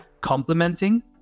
complementing